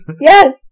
Yes